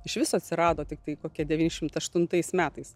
iš viso atsirado tiktai kokia devyniasdešimt aštuntais metais